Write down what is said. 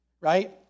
right